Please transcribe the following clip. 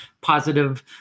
positive